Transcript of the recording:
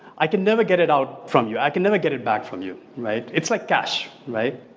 i can never get it out from you, i can never get it back from you right? it's like cash right?